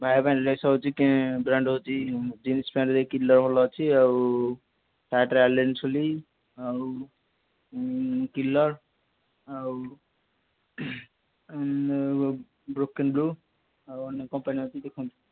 via ବେଣ୍ଡଲସ୍ ହେଉଛି brand ହେଉଛି ଜିନ୍ସ ପ୍ୟାଣ୍ଟ୍ରେ କିଲର୍ ଭଲ ଅଛି ଆଉ ସାର୍ଟ୍ରେ ଆଲେନ୍ ସୁଲି ଆଉ କିଲର୍ ଆଉ ବ୍ରୋକେନ୍ ବ୍ରୋ ଆଉ ଅନ୍ୟ କମ୍ପାନୀ ଅଛି ଦେଖନ୍ତୁ